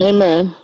Amen